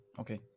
okay